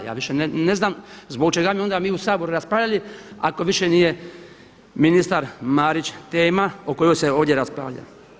Ja više ne znam zbog čega bi mi onda u Saboru raspravljali ako više nije ministar Marić tema o kojoj se ovdje raspravlja.